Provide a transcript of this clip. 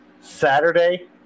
Saturday